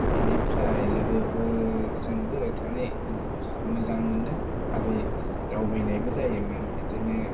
बेनिफ्राय लोगोफोरजोंबो थांना मोजां मोन्दों आरो दावबायनायबो जायोमोन बिदिनो